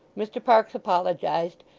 mr parkes apologised,